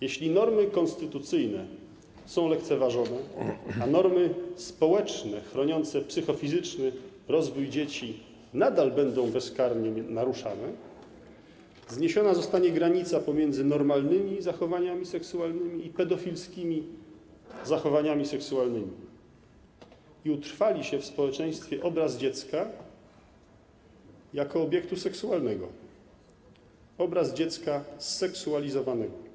Jeśli normy konstytucyjne będą lekceważone, a normy społeczne chroniące psychofizyczny rozwój dzieci nadal będą bezkarnie naruszane, zniesiona zostanie granica pomiędzy normalnymi zachowaniami seksualnymi a pedofilskimi zachowaniami seksualnymi i utrwali się w społeczeństwie obraz dziecka jako obiektu seksualnego, obraz dziecka zseksualizowanego.